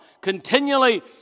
Continually